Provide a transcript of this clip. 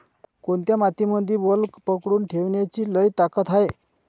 कोनत्या मातीमंदी वल पकडून ठेवण्याची लई ताकद हाये?